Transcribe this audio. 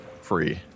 free